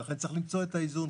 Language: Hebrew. ולכן צריך למצוא את האיזון,